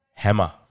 Hammer